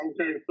okay